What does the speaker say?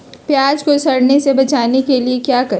प्याज को सड़ने से बचाने के लिए क्या करें?